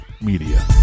media